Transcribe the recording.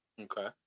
Okay